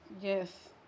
yes